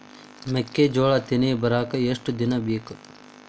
ಮೆಕ್ಕೆಜೋಳಾ ತೆನಿ ಬರಾಕ್ ಎಷ್ಟ ದಿನ ಬೇಕ್?